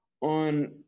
on